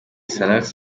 salax